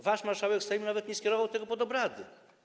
Wasz marszałek Sejmu nawet nie skierował tego pod obrady.